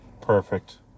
perfect